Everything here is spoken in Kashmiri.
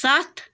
ستھ